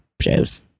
shows